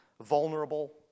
vulnerable